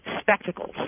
Spectacles